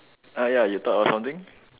uh ya you thought of something